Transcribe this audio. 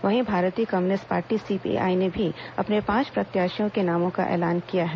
वहीं भारतीय communist party CPI ने भी अपने पांच प्रत्याशियों के नामों का ऐलान किया है